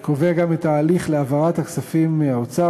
וקובע גם את ההליך להעברת הכספים מהאוצר